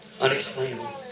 unexplainable